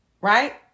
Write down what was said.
Right